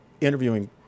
interviewing